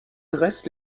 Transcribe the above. dresse